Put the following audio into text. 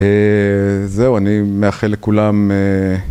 אה... זהו, אני מאחל לכולם אה...